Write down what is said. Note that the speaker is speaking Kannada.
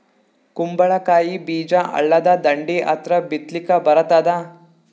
ಕುಂಬಳಕಾಯಿ ಬೀಜ ಹಳ್ಳದ ದಂಡಿ ಹತ್ರಾ ಬಿತ್ಲಿಕ ಬರತಾದ?